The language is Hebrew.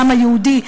לעם היהודי,